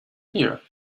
here